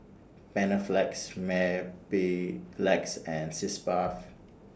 Panaflex Mepilex and Sitz Bath